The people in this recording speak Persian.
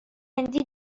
هندی